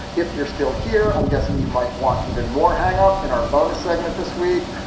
if you're still here, i'm guessing you might want even more hang up in our bonus segment this week.